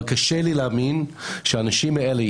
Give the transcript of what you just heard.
אבל קשה לי להאמין שהאנשים האלה,